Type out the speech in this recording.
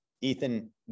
ethan